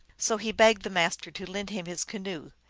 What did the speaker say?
so he begged the master to lend him his canoe.